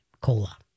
Cola